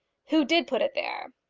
who did put it there?